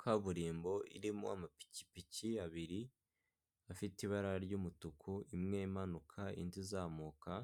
Kaburimbo irimo amapikipiki abiri afite ibara ry'umutuku imwe imanuka indi izamuka